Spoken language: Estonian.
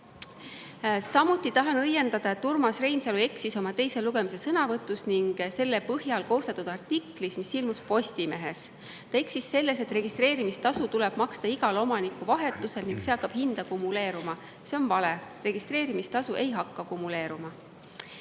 Samuti tahan õiendada, et Urmas Reinsalu eksis oma teise lugemise sõnavõtus ning selle põhjal koostatud artiklis, mis ilmus Postimehes. Ta eksis selles, et registreerimistasu tuleb maksta igal omanikuvahetusel ning see hakkab hinda kumuleeruma. See on vale. Registreerimistasu ei hakka kumuleeruma.